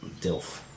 Dilf